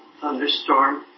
thunderstorm